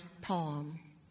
palm